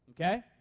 Okay